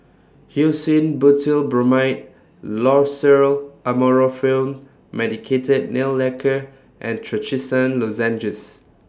Hyoscine Butylbromide Loceryl Amorolfine Medicated Nail Lacquer and Trachisan Lozenges